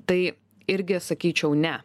tai irgi sakyčiau ne